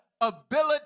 ability